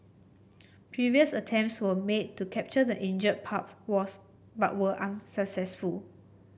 previous attempts were made to capture the injured pup was but were unsuccessful